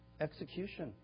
Execution